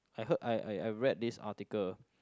I heard I I I read this article